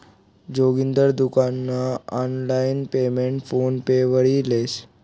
जोगिंदर दुकान नं online payment PhonePe वरी लेस